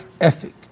ethic